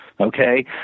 Okay